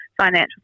financial